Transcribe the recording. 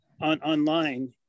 online